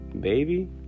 baby